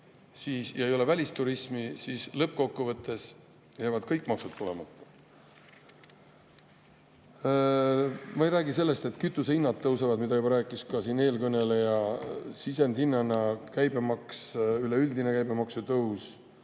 ja ei ole välisturismi, siis lõppkokkuvõttes jäävad maksud tulemata. Ma ei räägi sellest, et kütusehinnad tõusevad, mida juba rääkis eelkõneleja. Sisendhinna käibemaks, üleüldine käibemaksu tõus.